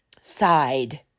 side